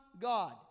God